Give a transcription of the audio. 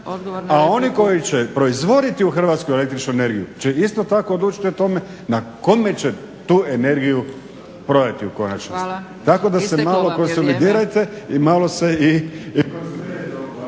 A oni koji će proizvoditi u Hrvatskoj električnu energiju će isto tako odlučiti o tome na kome će tu energiju prodati u konačnici. Tako da se malo konsolidirajte i malo se i